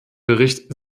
bericht